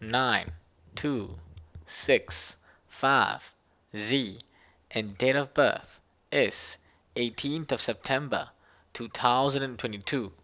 nine two six five Z and date of birth is eighteenth September two thousand and twenty two